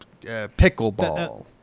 Pickleball